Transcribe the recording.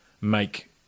make